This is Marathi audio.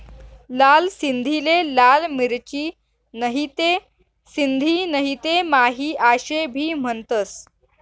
लाल सिंधीले लाल मिरची, नहीते सिंधी नहीते माही आशे भी म्हनतंस